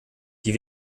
die